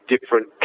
different